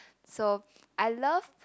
so I love